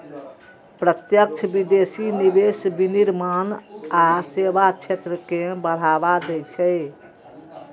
प्रत्यक्ष विदेशी निवेश विनिर्माण आ सेवा क्षेत्र कें बढ़ावा दै छै